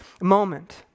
moment